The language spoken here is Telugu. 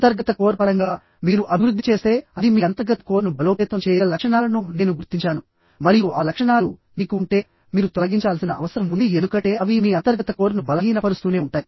అంతర్గత కోర్ పరంగా మీరు అభివృద్ధి చేస్తే అది మీ అంతర్గత కోర్ను బలోపేతం చేయగల లక్షణాలను నేను గుర్తించాను మరియు ఆ లక్షణాలు మీకు ఉంటే మీరు తొలగించాల్సిన అవసరం ఉంది ఎందుకంటే అవి మీ అంతర్గత కోర్ను బలహీనపరుస్తూనే ఉంటాయి